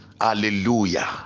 Hallelujah